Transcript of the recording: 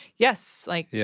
yes. like, yeah